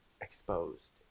exposed